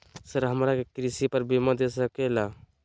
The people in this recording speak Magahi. सर हमरा के कृषि पर बीमा दे सके ला?